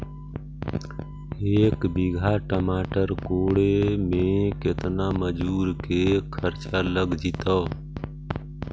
एक बिघा टमाटर कोड़े मे केतना मजुर के खर्चा लग जितै?